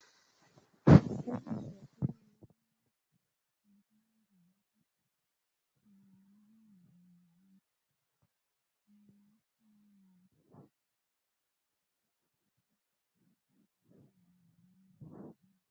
Haiskiki kabisa hii